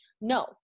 no